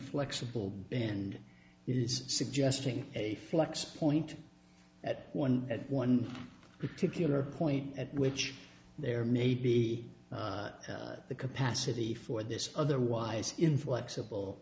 flexible band is suggesting a flex point at one at one particular point at which there may be the capacity for this otherwise inflexible